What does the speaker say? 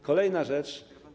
Kolejna rzecz.